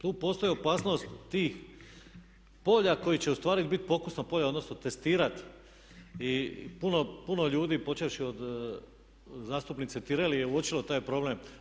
Tu postoji opasnost tih polja koja će ustvari biti pokusna polja odnosno testirati i puno ljudi počevši od zastupnice Tireli je uočilo taj problem.